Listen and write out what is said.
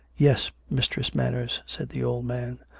yes, mistress manners, said the old man.